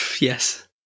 Yes